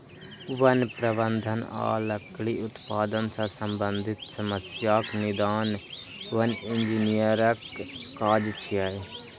वन प्रबंधन आ लकड़ी उत्पादन सं संबंधित समस्याक निदान वन इंजीनियरक काज छियै